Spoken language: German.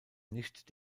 nicht